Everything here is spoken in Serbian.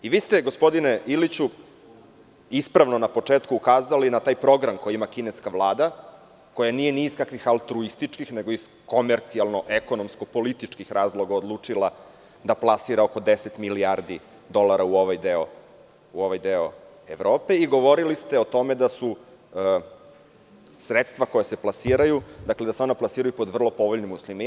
Vi ste, gospodine Iliću, ispravno na početku ukazali, na taj program koji ima kineska Vlada, koja nije ni iz kakvih altruističkih nego iz komercijalno-ekonomsko-političkih razloga odlučila da plasira oko 10 milijardi dolara u ovaj deo Evrope i govorili ste o tome da su sredstva koja se plasiraju, da se ona plasiraju pod vrlo povoljnim uslovima.